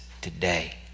today